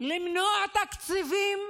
למנוע תקציבים